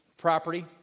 property